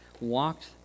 walked